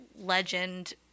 legend